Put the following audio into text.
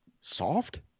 soft